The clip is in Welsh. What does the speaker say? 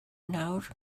nawr